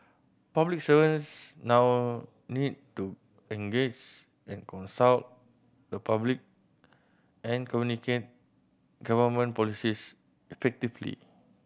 public servants now need to engage and consult the public and communicate government policies effectively